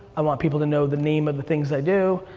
i want people to know the name of the things i do,